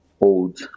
old